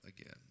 again